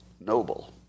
Noble